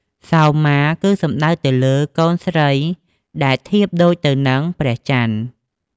សោមា គឺសំដៅទៅលើ កូនស្រីដែលធៀបដូចទៅនឹងព្រះច័ន្ទ។